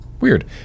Weird